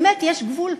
באמת, יש גבול,